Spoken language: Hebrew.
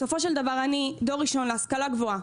בסופו של דבר אני, דור ראשון להשכלה גבוהה,